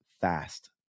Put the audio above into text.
fast